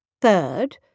Third